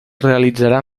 realitzarà